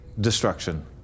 destruction